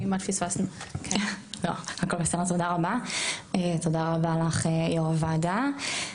תודה רבה, תודה רבה לך, יו"ר הוועדה.